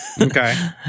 okay